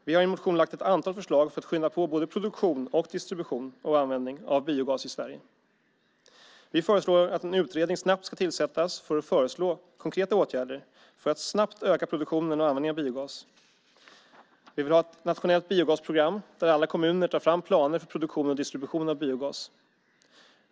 Vi har i vår motion lagt fram ett antal förslag för att skynda på produktion, distribution och användning av biogas i Sverige. Vi föreslår att en utredning snabbt tillsätts för att föreslå konkreta åtgärder för att snabbt öka produktionen och användningen av biogas. Vi vill ha ett nationellt biogasprogram, där alla kommuner tar fram planer för produktion och distribution av biogas.